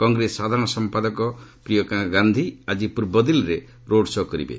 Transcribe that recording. କଂଗ୍ରେସ ସାଧାରଣ ସମ୍ପାଦକ ପ୍ରିୟଙ୍କା ଗାନ୍ଧୀ ଆକି ପୂର୍ବ ଦିଲ୍ଲୀରେ ରୋଡ ଶୋ କରିବେ